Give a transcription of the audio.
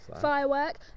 firework